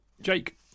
Jake